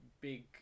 big